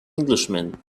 englishman